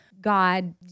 God